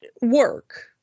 work